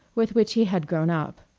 with which he had grown up.